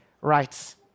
rights